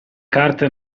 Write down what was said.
carte